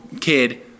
kid